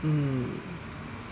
mm